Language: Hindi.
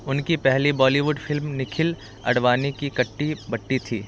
उनकी पहली बॉलीवुड फ़िल्म निखिल अडवाणी की कट्टी बट्टी थी